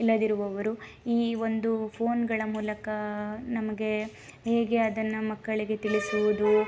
ಇಲ್ಲದಿರುವವರು ಈ ಒಂದು ಫೋನ್ಗಳ ಮೂಲಕ ನಮಗೆ ಹೇಗೆ ಅದನ್ನು ಮಕ್ಕಳಿಗೆ ತಿಳಿಸುವುದು